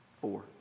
Four